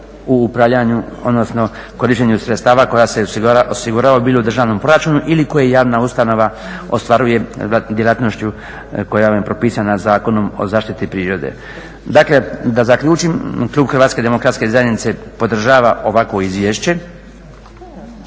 u upravljanju odnosno korištenju sredstva koja se osiguravaju bilo u državnom proračunu ili koje javna ustanova ostvaruje djelatnošću koja je propisana Zakonom o zaštiti prirode. Dakle, da zaključim, klub HDZ-a podržava ovakvo izvješće,